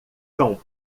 cão